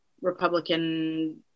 Republican